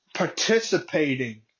Participating